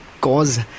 cause